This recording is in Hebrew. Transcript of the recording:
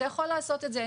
אתה יכול לעשות את זה,